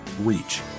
reach